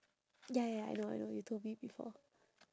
ya ya ya I know I know you told me before